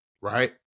Right